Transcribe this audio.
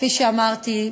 כפי שאמרתי,